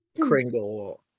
Kringle